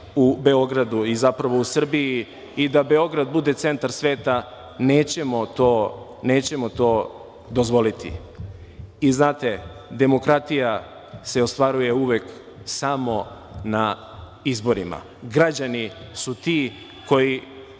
u Beogradu i zapravo u Srbiji i da Beograd bude centar sveta, nećemo to dozvoliti. Znate, demokratija se ostvaruje uvek samo na izborima. Građani su ti koji